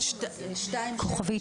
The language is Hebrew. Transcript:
כוכבית